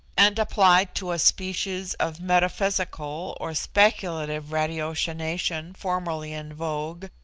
and applied to a species of metaphysical or speculative ratiocination formerly in vogue,